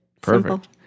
Perfect